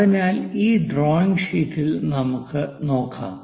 അതിനാൽ ഈ ഡ്രോയിംഗ് ഷീറ്റിൽ നമുക്ക് നോക്കാം